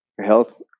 health